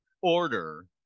order